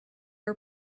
are